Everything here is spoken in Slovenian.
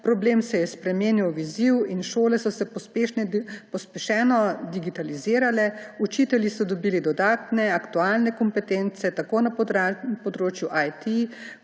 problem se je spremenil v izziv in šole so se pospešeno digitalizirale, učitelji so dobili dodatne aktualne kompetence, tako na področju IT